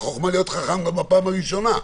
החוכמה להיות חכם גם בפעם הראשונה.